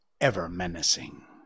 ever-menacing